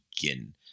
begin